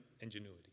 ingenuity